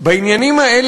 ביחס לעמדתו של שר האוצר.